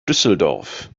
düsseldorf